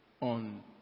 on